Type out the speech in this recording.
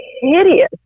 hideous